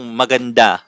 maganda